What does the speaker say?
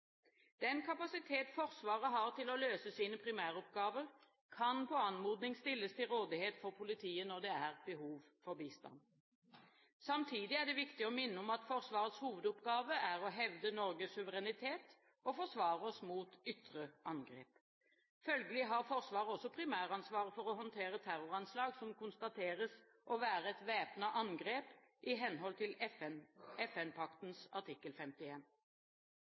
Den kapasitet Forsvaret har til å løse sine primæroppgaver, kan på anmodning stilles til rådighet for politiet når det er behov for bistand. Samtidig er det viktig å minne om at Forsvarets hovedoppgave er å hevde Norges suverenitet og forsvare oss mot ytre angrep. Følgelig har Forsvaret også primæransvar for å håndtere terroranslag som konstateres å være et væpnet angrep i henhold til FN-paktens artikkel